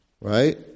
Right